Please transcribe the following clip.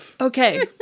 Okay